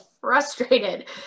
frustrated